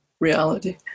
reality